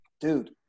dude